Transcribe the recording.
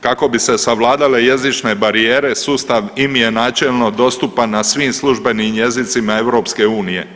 Kako bi se savladale jezične barijere sustav IMI je načelno dostupan na svim službenim jezicima EU.